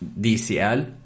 DCL